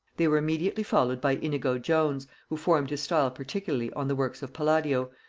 they were immediately followed by inigo jones, who formed his style particularly on the works of palladio,